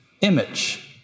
image